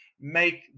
make